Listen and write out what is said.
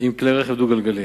עם כלי רכב דו-גלגלי.